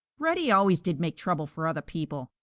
reddy always did make trouble for other people.